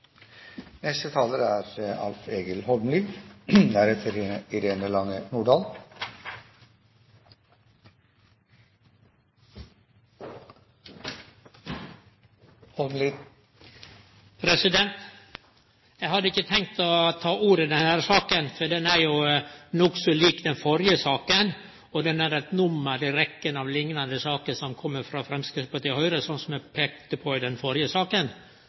Eg hadde ikkje tenkt å ta ordet i denne saka, for ho er jo nokså lik den førre saka, og ho er eit nummer i rekkja av liknande saker som kjem frå Framstegspartiet og Høgre, slik eg peikte på i den førre saka.